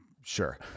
Sure